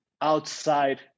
outside